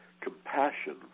compassion